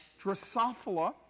Drosophila